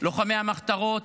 לוחמי המחתרות,